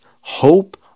hope